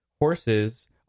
horses